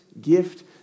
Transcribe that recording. gift